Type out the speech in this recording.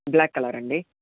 black కలరండి